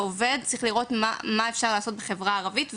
צריך לראות מה עובד ומה אפשר מזה לעשות בחברה הערבית.